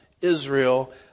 Israel